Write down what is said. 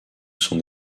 son